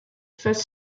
first